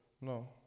no